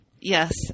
Yes